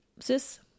Sis